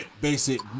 Basic